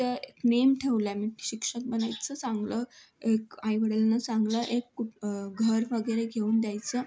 तर नेम ठेवला आहे मी शिक्षक बनायचं चांगलं एक आईवडिलांना चांगलं एक घर वगैरे एक घेऊन द्यायचं